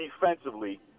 defensively